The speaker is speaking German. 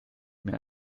mehr